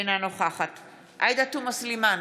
אינה נוכחת עאידה תומא סלימאן,